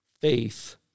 faith